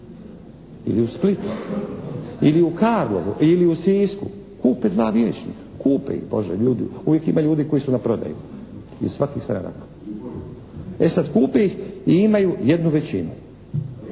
ne razumije./ … ili u Sisku. Kupe dva vijećnika. Kupe ih, Bože, ljudi. Uvijek ima ljudi koji su na prodaju iz svakih stranaka. E sad kupe ih i imaju jednu većinu.